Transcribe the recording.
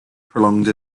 prolonged